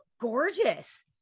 gorgeous